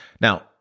Now